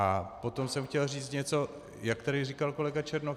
A potom jsem chtěl říct něco, jak tady říkal kolega Černoch.